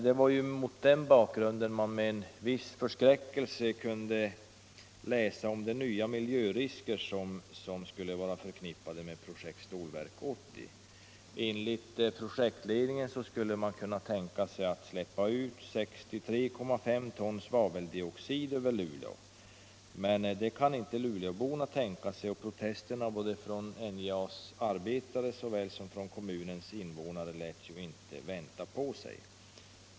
Det var också mot den bakgrunden man med viss förskräckelse kunde läsa om de nya miljörisker som skulle vara förknippade med projektet Stålverk 80. Enligt projektledningen skulle man kunna tänka sig att släppa ut 63,5 ton svaveldioxid över Luleå. Men det kan inte luleåborna tänka sig, och protesterna från NJA:s arbetare såväl som från kommunens invånare lät inte vänta på sig.